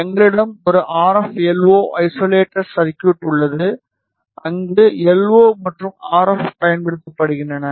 எங்களிடம் ஒரு RF LO isolator circuit உள்ளது அங்கு எல்ஓ மற்றும் ஆர்எப் பயன்படுத்தப்படுகின்றன